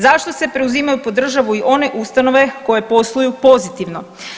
Zašto se preuzimaju pod državu i one ustanove koje posluju pozitivno?